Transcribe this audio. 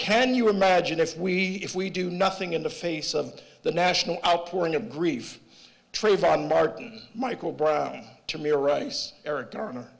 can you imagine if we if we do nothing in the face of the national outpouring of grief trayvon martin michael brown to me a race eric garner